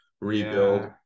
rebuild